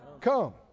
Come